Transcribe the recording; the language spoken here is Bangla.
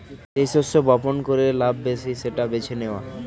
যেই শস্য বপন করে লাভ বেশি সেটা বেছে নেওয়া